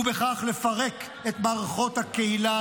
ובכך לפרק את מערכות הקהילה,